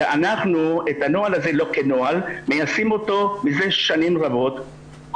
ואנחנו את הנוהל הזה מיישמים לא כנוהל מזה שנים רבות,